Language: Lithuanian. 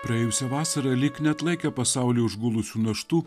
praėjusią vasarą lyg neatlaikė pasaulį užgulusių naštų